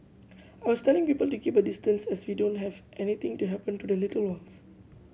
I was telling people to keep a distance as we don't have anything to happen to the little ones